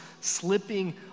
slipping